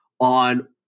on